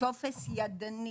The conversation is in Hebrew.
טופס ידני.